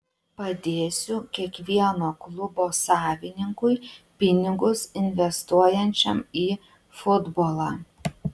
padėsiu kiekvieno klubo savininkui pinigus investuojančiam į futbolą